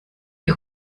die